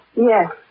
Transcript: Yes